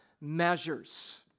measures